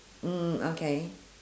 mm okay